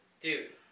Dude